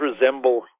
resemble